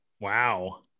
Wow